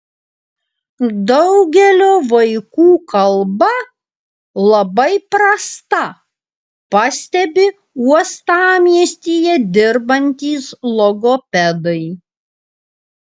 daugelio vaikų kalba labai prasta pastebi uostamiestyje dirbantys logopedai